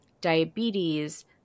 diabetes